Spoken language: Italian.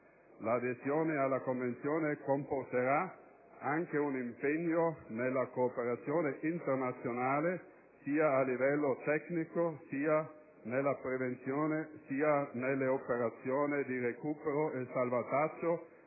L'adesione alla Convenzione comporterà anche un impegno nella cooperazione internazionale a livello tecnico, nella prevenzione, nelle operazioni di recupero e salvataggio